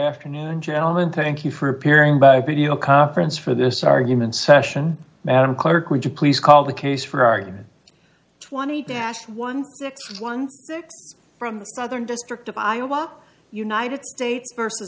afternoon gentlemen thank you for appearing by video conference for this argument session madam clerk would you please call the case for argument twenty dash eleven from the southern district of iraq united states versus